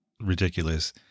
ridiculous